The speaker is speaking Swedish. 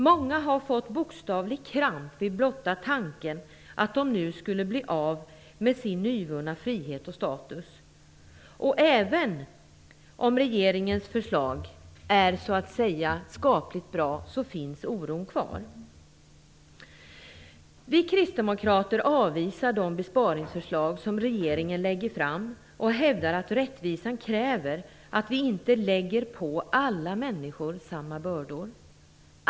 Många har bokstavligt talat fått kramp vid blotta tanken på att de nu skulle bli av med sin nyvunna frihet och status. Även om regeringens förslag är skapligt bra, finns oron kvar. Vi kristdemokrater avvisar de besparingsförslag som regeringen lägger fram och hävdar att rättvisan kräver att vi inte lägger på alla människor samma bördor.